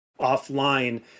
offline